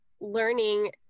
learning